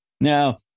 Now